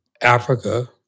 Africa